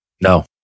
No